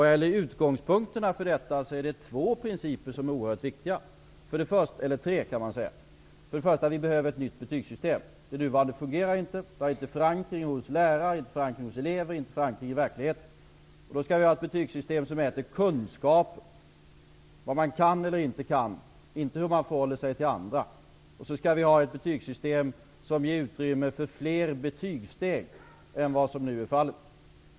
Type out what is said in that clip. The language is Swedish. Vad gäller utgångspunkterna för denna omarbetning är det tre principer som är oerhört viktiga. Först och främst behöver vi ett nytt betygssystem. Det nuvarande fungerar inte. Det har inte förankring hos lärare, inte hos elever och inte i verkligheten. Vi skall ha ett betygssystem som mäter kunskaper -- vad man kan och inte kan, inte hur man förhåller sig till andra. Sedan skall vi ha ett betygssystem som ger utrymme för fler betygssteg än vad som nu är fallet.